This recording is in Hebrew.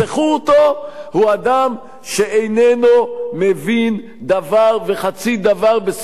הוא אדם שאיננו מבין דבר וחצי דבר בזכויות אדם בסיסיות.